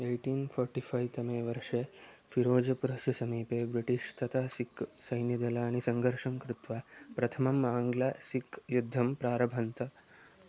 eighteen forty five तमे वर्षे फ़िरोजपुरस्य समीपे ब्रिटिश् तथा सिक् सैन्यदलानि संघर्षं कृत्वा प्रथमम् आङ्ग्ल सिक् युद्धं प्रारभन्त